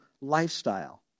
lifestyle